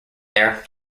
there